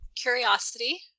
Curiosity